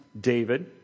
David